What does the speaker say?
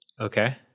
Okay